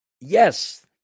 yes